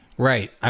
Right